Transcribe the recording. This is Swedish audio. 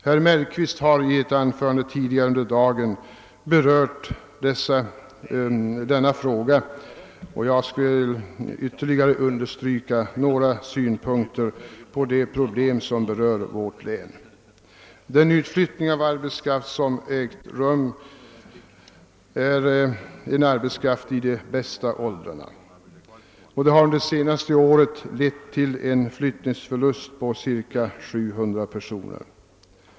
Herr Mellqvist har i ett anförande tidigare under dagen berört denna fråga, och jag skall ytterligare framhålla några synpunkter på de problem som förekommer i vårt län. Den utflyttning av arbetskraft som ägt rum och som har gällt människor i de bästa åldrarna, har under det senaste året lett till en befolkningsminskning på cirka 700 personer.